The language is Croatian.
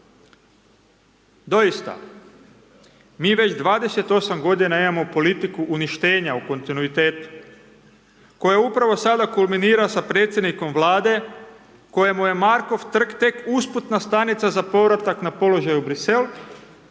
Doista, mi već 28 godina imamo politiku uništenja u kontinuitetu, koja upravo sada kulminira sa predsjednikom Vlade, kojemu je Markov trg tek usputna stanica za povratak na položaj u Bruxelles,